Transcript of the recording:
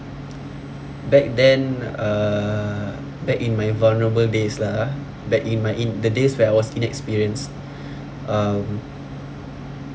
back then uh back in my vulnerable days lah ah back in my in~ the days where I was inexperienced um